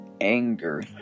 anger